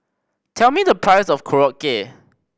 tell me the price of Korokke